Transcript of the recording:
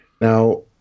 Now